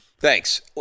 Thanks